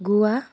গোৱা